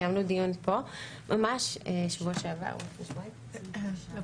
קיימנו דיון פה בשבוע שעבר או לפני שבועיים.